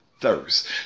thirst